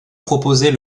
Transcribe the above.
proposer